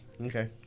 Okay